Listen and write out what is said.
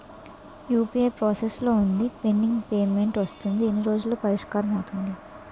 UPI process లో వుంది pending payment వస్తుంది ఎన్ని రోజుల్లో పరిష్కారం అవుతుంది